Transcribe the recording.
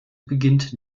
beginnt